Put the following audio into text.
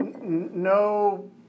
no